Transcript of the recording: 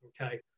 okay